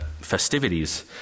festivities